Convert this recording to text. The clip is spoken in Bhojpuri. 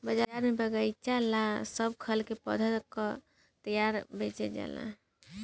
बाजार में बगएचा ला सब खल के पौधा तैयार क के बेचल जाला